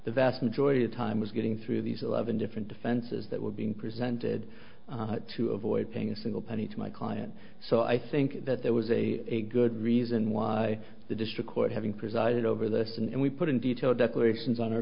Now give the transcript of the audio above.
the vast majority of time was getting through these eleven different defenses that were being presented to avoid paying a single penny to my client so i think that there was a good reason why the district court having presided over this and we put in detail declarations on our